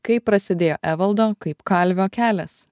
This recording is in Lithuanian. kaip prasidėjo evaldo kaip kalvio kelias